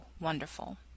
wonderful